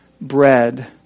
bread